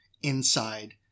inside